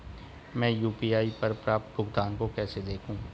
मैं यू.पी.आई पर प्राप्त भुगतान को कैसे देखूं?